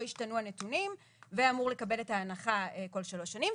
השתנו הנתונים ואמור לקבל את ההנחה כל שלוש שנים.